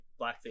blackface